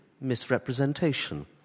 misrepresentation